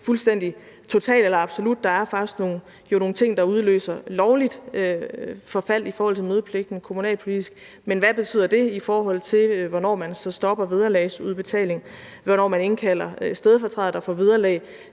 fuldstændig total eller absolut; der er faktisk nogle ting, der udløser lovligt forfald i forhold til den kommunalpolitiske mødepligt. Men hvad betyder det i forhold til, hvornår man så stopper vederlagsudbetalingen, og hvornår man indkalder stedfortrædere, der får vederlag?